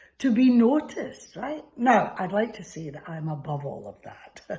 to be noticed, right? now, i'd like to say that i'm above all of that.